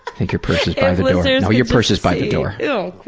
think your purses yeah so your purses by the door. no,